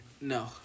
No